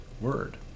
Word